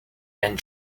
and